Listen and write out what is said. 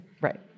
Right